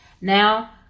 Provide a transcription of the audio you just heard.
Now